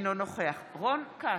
אינו נוכח רון כץ,